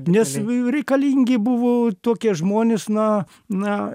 nes reikalingi buvo tokie žmonės na na